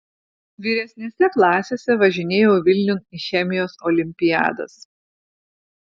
vyresnėse klasėse važinėjau vilniun į chemijos olimpiadas